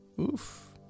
Oof